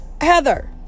Heather